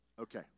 okay